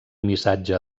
missatge